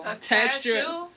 texture